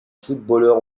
footballeur